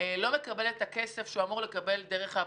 לא מקבל את הכסף שהוא אמור לקבל דרך האפוטרופוס.